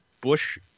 Bush